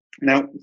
Now